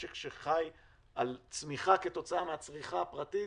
משק שחי על צמיחה כתוצאה הצריכה הפרטית